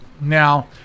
Now